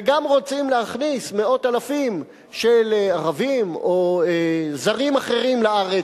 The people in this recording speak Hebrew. וגם רוצים להכניס מאות אלפים של ערבים או זרים אחרים לארץ,